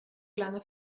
lange